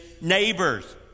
neighbors